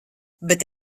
bet